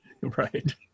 Right